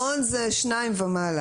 בחוק המעונות מעון זה שניים ומעלה.